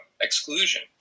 exclusion